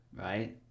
right